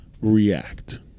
React